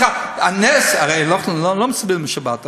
הרי אנחנו לא מצלמים בשבת,